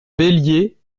bellier